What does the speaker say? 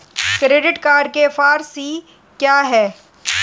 Credit के four C क्या हैं?